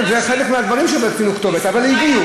זה חלק מהדברים, אבל הם הגיעו.